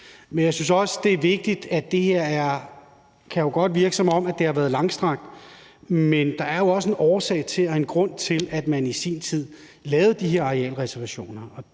Men jeg synes også, det er vigtigt at sige, at det godt kan virke, som om det her har været langstrakt, men der er jo også en årsag til og en grund til, at man i sin tid lavede de her arealreservationer.